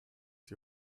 die